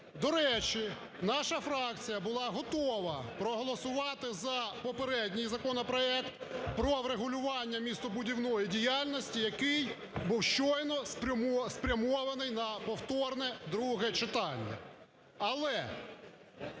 До речі, наша фракція була готова проголосувати за попередній законопроект про врегулювання містобудівної діяльності, який щойно спрямований на повторне друге читання.